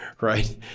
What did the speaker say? right